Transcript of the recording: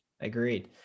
Agreed